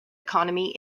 economy